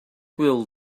will